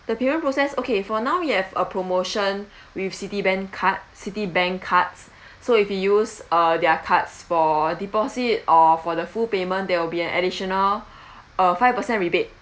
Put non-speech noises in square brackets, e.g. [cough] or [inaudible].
the payment process okay for now we have a promotion [breath] with citiban~ card citibank cards so if you use uh their cards for deposit or for the full payment there will be an additional [breath] uh five percent rebate